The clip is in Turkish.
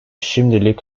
şimdilik